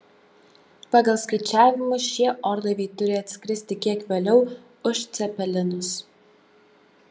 pagal skaičiavimus šie orlaiviai turi atskristi kiek vėliau už cepelinus